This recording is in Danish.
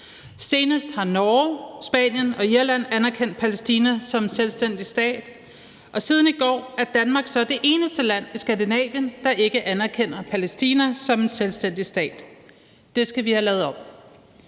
Senest har Norge, Spanien og Irland anerkendt Palæstina som en selvstændig stat. Og siden i går er Danmark så det eneste land i Skandinavien, der ikke anerkender Palæstina som en selvstændig stat. Det skal vi have lavet om